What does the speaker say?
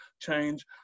change